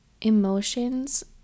emotions